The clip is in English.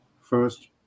First